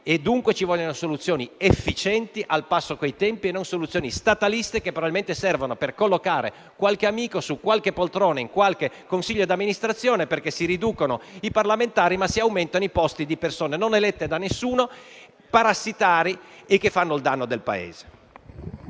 dunque soluzioni efficienti al passo con i tempi e non soluzioni stataliste che probabilmente servono per collocare qualche amico su qualche poltrona in qualche consiglio di amministrazione. Infatti, si riducono i parlamentari ma si aumentano i posti per persone parassitarie non elette da nessuno, che fanno il danno del Paese.